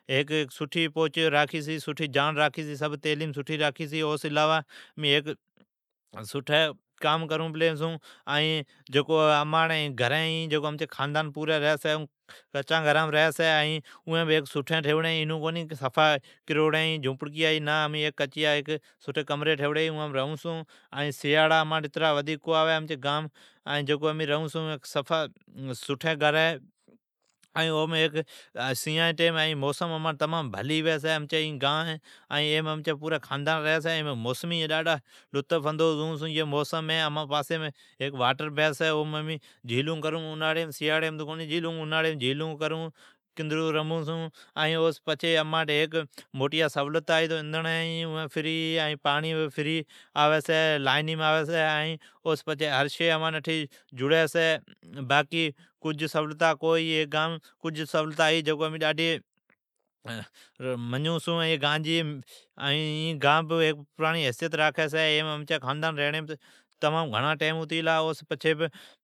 ہیک سٹھی پھنچ راکھی چھی۔ ہیک سٹھی جاڑ راکھی چھی ائین تعلیم بھی سٹھی راکھی چھی ائین او سون علاوہ سٹھی کام کرون پلی چھون۔ ائین امچی گھر ائین خاندان ہے اون کچان گھرام ریئون چھون۔ جھوپڑیا کو ھی ائین سٹھی گھرین ٹھیئوڑین ھی۔ ائین امانٹھ سیاڑا اترا کونی ھوی چھی۔ ای گانم موسم ڈاڈھی بھلی ھوی چھی ائین امین ڈاڈھی لطفندوس ھون چھون ائین امچی خاندانان سجی ای گام مئین رئی پلی۔ گھران پاسیم ھیک واٹر بی چھی اوم امین کندرون رمین چھون اوناڑیم جھیلون چھون ائین سیاڑیم کونی جھیلون چھون۔ سولتا ھی ای گام اندھڑین ھی ای گام پاڑین آوی چھی لائین لگوڑی ہے ائین کافی سولتا کو ھی ای گام۔ این گان ھیک موٹی حیثیت راکھی چھی ائین امچی خاندانان ای گام ریڑھیم موٹا ٹائیم ھتی گلا ہے